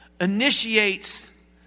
initiates